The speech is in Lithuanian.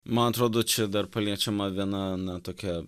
man atrodo čia dar paliečiama viena na tokia